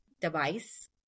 device